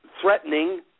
threatening